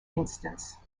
instance